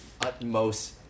utmost